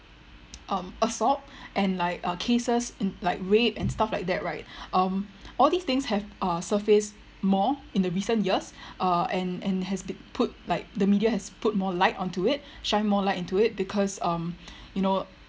um assault and like uh cases and like rape and stuff like that right um all these things have uh surfaced more in the recent year uh and and has been put like the media has put more light on to it shine more light into it because um you know